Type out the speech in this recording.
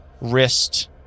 wrist